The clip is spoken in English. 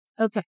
Okay